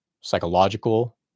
psychological